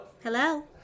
Hello